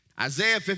Isaiah